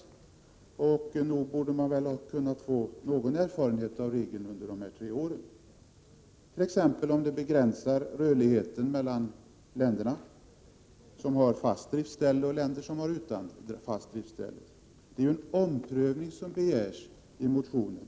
Nog borde man väl under dessa tre år ha kunnat vinna någon erfarenhet av regeln, t.ex. om den begränsar rörligheten mellan länder som har fast driftställe och länder som inte har det. Det är en omprövning som begärs i motionen.